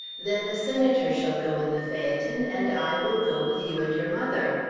then the senator shall go in the phaeton, and i will go with you and your mother.